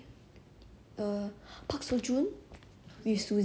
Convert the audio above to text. you know the itaewon class [one] that guy